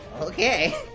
Okay